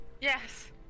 Yes